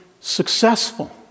successful